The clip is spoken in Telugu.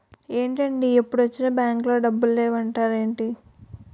ఏంటండీ ఎప్పుడొచ్చినా బాంకులో డబ్బులు లేవు అంటారేంటీ?